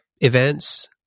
events